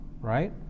right